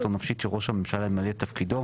או נפשית של ראש הממשלה למלא את תפקידו,